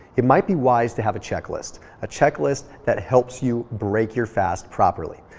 it might be wise to have a checklist, a checklist that helps you break your fast properly.